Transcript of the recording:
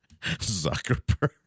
Zuckerberg